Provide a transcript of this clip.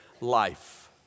life